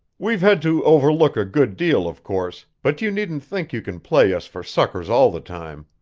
we've had to overlook a good deal, of course, but you needn't think you can play us for suckers all the time.